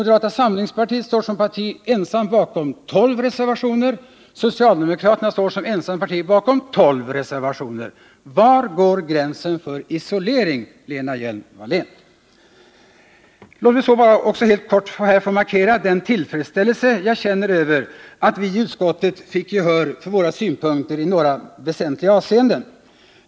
Moderata samlingspartiet står som ensamt parti bakom 12 reservationer, och socialdemokraterna står som ensamt parti bakom 12 reservationer. Var går gränsen för isolering, Lena Hjelm-Wallén? Låt mig bara också helt kort här få markera den tillfredsställelse jag känner över att vi i utskottet fick gehör för våra synpunkter i några väsentliga avseenden.